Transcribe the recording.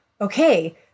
okay